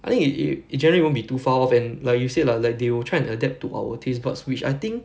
I think it~ it it generally won't be too far off and like you said lah like they will try to adapt to our taste buds which I think